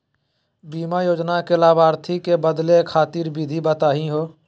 बीमा योजना के लाभार्थी क बदले खातिर विधि बताही हो?